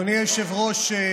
אדוני היושב-ראש,